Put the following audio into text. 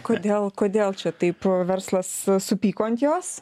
kodėl kodėl čia taip verslas supyko ant jos